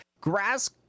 Grass